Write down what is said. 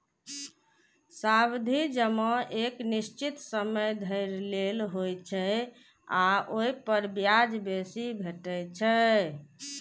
सावधि जमा एक निश्चित समय धरि लेल होइ छै आ ओइ पर ब्याज बेसी भेटै छै